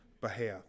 behalf